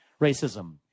racism